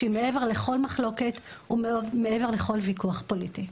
שהיא מעבר לכל מחלוקת ומעבר לכל ויכוח פוליטי.